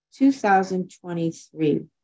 2023